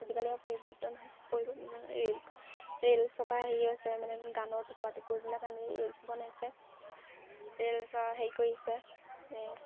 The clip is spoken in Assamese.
আজিকালি পৰিৱৰ্তন হৈছে পৰিৱৰ্তন মানে ৰিলচ ৰিলচৰ পৰা হেৰি হৈছে মানে গানৰ টুকুৰা টুকুৰিবিলাক আমি ৰিলচ বনাইছোঁ ৰিলচৰ পৰা হেৰি কৰিছে